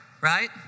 right